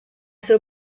seu